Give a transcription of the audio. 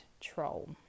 troll